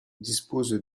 dispose